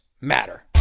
matter